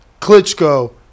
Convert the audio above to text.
Klitschko